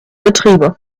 betriebe